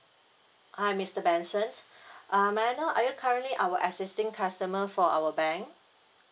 hi mister benson um may I know are you currently our existing customer for our bank